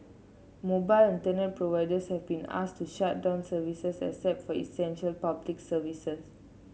mobile Internet providers have been asked to shut down service except for essential Public Services